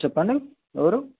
చెప్పండి ఎవరు